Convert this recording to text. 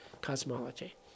cosmology